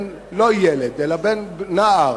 לא ילד אלא נער,